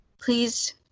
Please